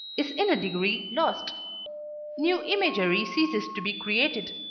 is in a degree lost new imagery ceases to be created,